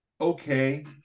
okay